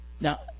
now